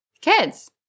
kids